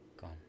gone